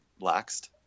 laxed